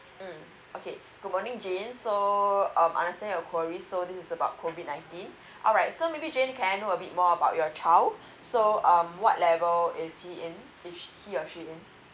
mm okay good morning jane so uh I understand your query so this is about COVID Nineteen alright so maybe jane can I know a bit more about your child so um what level is he in is he or she in